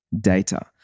data